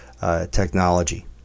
Technology